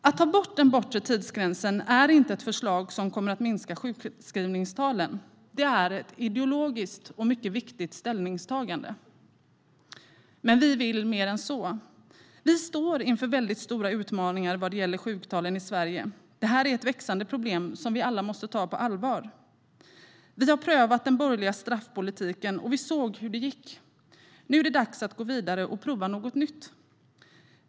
Att ta bort den bortre tidsgränsen är inte ett förslag som kommer att minska sjukskrivningstalen, utan det är ett ideologiskt och mycket viktigt ställningstagande. Men vi vill mer än så. Vi står inför stora utmaningar vad gäller sjuktalen i Sverige. Det här är ett växande problem som vi alla måste ta på allvar. Vi har prövat den borgerliga straffpolitiken, och vi såg hur det gick. Nu är det dags att gå vidare och prova något nytt.